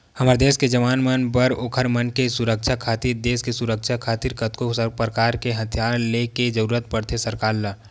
हमर देस के जवान मन बर ओखर मन के सुरक्छा खातिर देस के सुरक्छा खातिर कतको परकार के हथियार ले के जरुरत पड़थे सरकार ल